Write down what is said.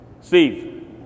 Steve